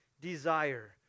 desire